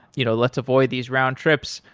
you know let's avoid these round-trips.